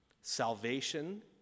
Salvation